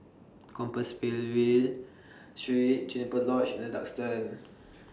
Compassvale Street Juniper Lodge and The Duxton